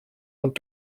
und